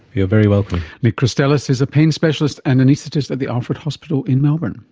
you're very welcome. nick christelis is a pain specialist and anaesthetist at the alfred hospital in melbourne